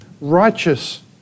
righteous